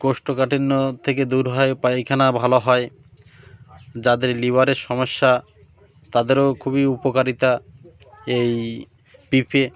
কোষ্ঠকাঠিন্য থেকে দূর হয় পায়খানা ভালো হয় যাদের লিভারের সমস্যা তাদেরও খুবই উপকারিতা এই পেঁপে